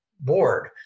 board